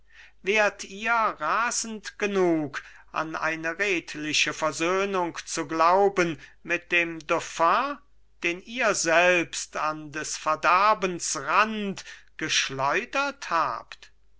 wärt ihr rasend genug an eine redliche versöhnung zu glauben mit dem dauphin den ihr selbst an des verderbens rand geschleudert habt